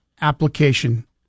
application